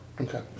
Okay